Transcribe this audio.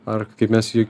ar kaip mes jį